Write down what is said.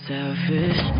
Selfish